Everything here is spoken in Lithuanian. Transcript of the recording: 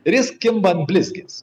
ir jis kimba ant blizgės